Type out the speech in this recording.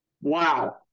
Wow